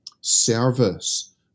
service